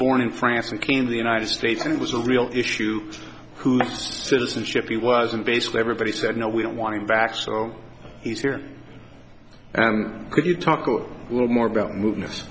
born in france and king in the united states and it was a real issue who citizenship he was and basically everybody said no we don't want him back so he's here and could you talk a little more about moving